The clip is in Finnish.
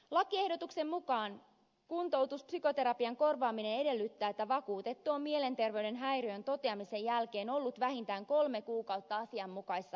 lakiehdotuksen mukaan kuntoutuspsykoterapian korvaaminen edellyttää että vakuutettu on mielenterveyden häiriön toteamisen jälkeen ollut vähintään kolme kuukautta asianmukaisessa hoidossa